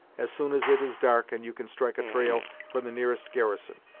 as soon as it is dark and you can strike a trail for the nearest garrison.